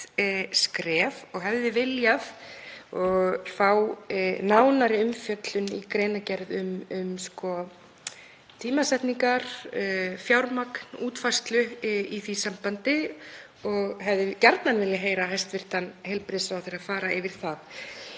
skref og hefði viljað fá nánari umfjöllun í greinargerð um tímasetningar, fjármagn og útfærslu í því sambandi og hefði gjarnan viljað heyra hæstv. heilbrigðisráðherra fara yfir það.